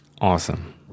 Awesome